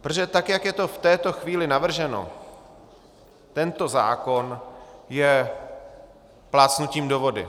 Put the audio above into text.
Protože tak jak je to v této chvíli navrženo, tento zákon je plácnutím do vody.